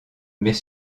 mais